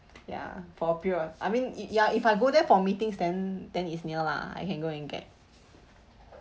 ya popular I mean it it ya if I go there for meetings then then it's near lah I can go and get